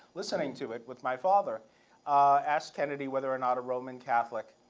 listening to it with my father asked kennedy whether or not a roman catholic,